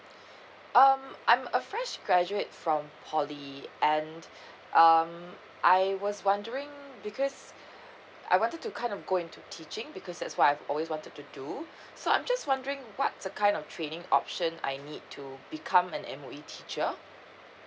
um I'm a fresh graduate from poly and um I was wondering because I wanted to kind of go into teaching because that's what I've always wanted to do so I'm just wondering what's the kind of training option I need to become and M_O_E teacher